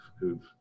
who've